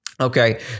Okay